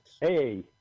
hey